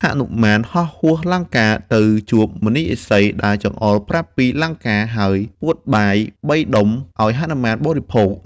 ហនុមានហោះហួសលង្កា ទៅជួបមុនីឥសីដែលចង្អុលប្រាប់ពីលង្កា ហើយពួតបាយ ៣ដុំឱ្យហនុមានបរិភោគ។